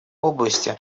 области